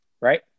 Right